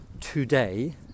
today